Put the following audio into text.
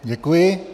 Děkuji.